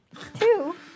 Two